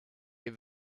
ihr